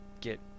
get